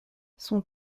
son